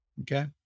Okay